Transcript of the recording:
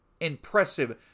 impressive